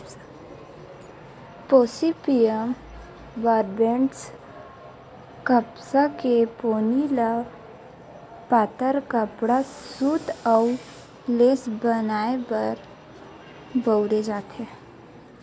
Gossypium barbadense कपसा के पोनी ल पातर कपड़ा, सूत अउ लेस बनाए म बउरे जाथे